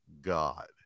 God